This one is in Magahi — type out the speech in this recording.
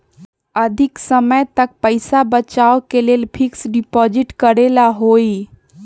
अधिक समय तक पईसा बचाव के लिए फिक्स डिपॉजिट करेला होयई?